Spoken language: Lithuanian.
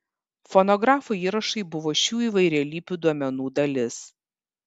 fonografo įrašai buvo šių įvairialypių duomenų dalis